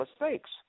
mistakes